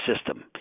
system